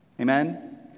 Amen